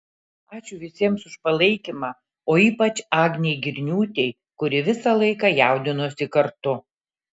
ačiū visiems už palaikymą o ypač agnei girniūtei kuri visą laiką jaudinosi kartu